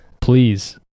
please